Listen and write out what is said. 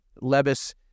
Levis